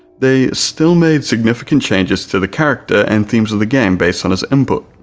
they still made significant changes to the character and themes of the game based on his input.